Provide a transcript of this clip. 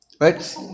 Right